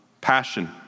passion